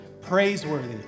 praiseworthy